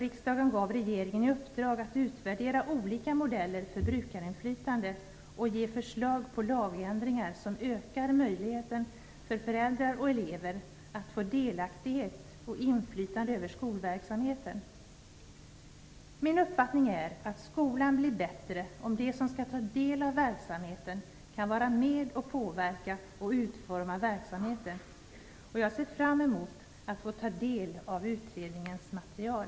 Riksdagen gav regeringen i uppdrag att utvärdera olika modeller för brukarinflytande och ge förslag på lagändringar som ökar möjligheten för föräldrar och elever att få delaktighet och inflytande över skolverksamheten. Min uppfattning är att skolan blir bättre om de som skall ta del av verksamheten kan vara med och påverka och utforma verksamheten. Jag ser fram emot att få ta del av utredningens material.